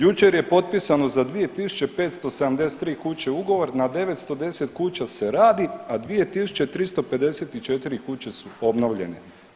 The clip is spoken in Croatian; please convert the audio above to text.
Jučer je potpisano za 2.573 kuće ugovor na 910 kuća se radi, a 2.354 kuće su obnovljene.